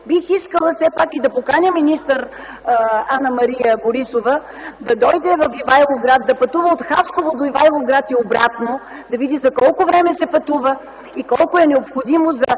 Бих искала все пак и да поканя министър Анна-Мария Борисова да дойде в Ивайловград, да пътува от Хасково до Ивайловград и обратно, за да види за колко време се пътува и колко е необходимо за